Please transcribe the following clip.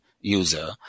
user